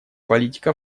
политика